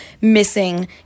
missing